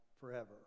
forever